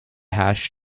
hash